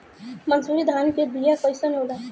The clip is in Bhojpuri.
मनसुरी धान के बिया कईसन होला?